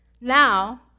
Now